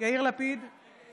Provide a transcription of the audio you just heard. יאיר לפיד, נגד